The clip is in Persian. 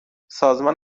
سازمان